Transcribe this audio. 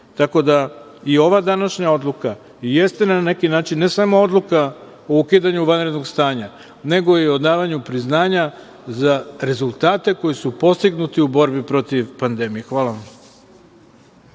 da i ova današnja odluka jeste na neki način, ne samo odluka o ukidanju vanrednog stanja, nego i o davanju priznanja za rezultate koji su postignuti u borbi protiv pandemije. Hvala.